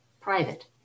private